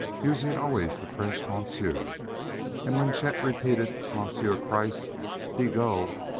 using always the french monsieur, and when chet repeated monsieur kreiss he go,